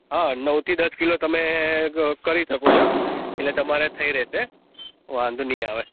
હા નવ થી દસ કિલો તમે ક કરી શકો છો એટલે તમારે થઇ રહેશે વાંધો નહીં આવે